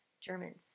Germans